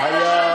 אדוני היושב-ראש.